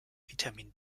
vitamin